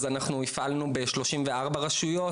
אז אנחנו הפעלנו בשלושים וארבע רשויות,